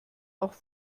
auch